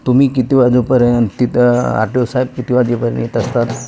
तुम्ही किती वाजेपर्यंत तिथं आर टी ओ साहेब किती वाजेपर्यंत येत असतात